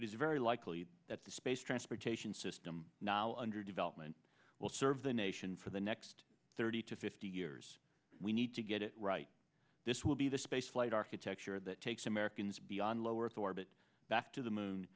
is very likely that the space transportation system now under development will serve the nation for the next thirty to fifty years we need to get it right this will be the spaceflight architecture that takes americans beyond low earth orbit back to the moon